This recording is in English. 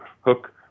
hook